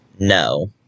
No